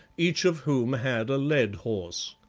each of whom had a led horse.